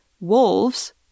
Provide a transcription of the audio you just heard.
Wolves